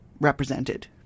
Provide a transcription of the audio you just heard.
represented